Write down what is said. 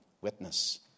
witness